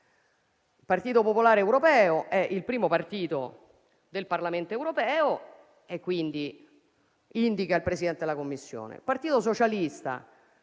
Il Partito popolare europeo è il primo Gruppo del Parlamento europeo e quindi indica il Presidente della Commissione. Il Partito socialista